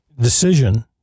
decision